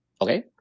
Okay